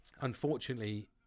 unfortunately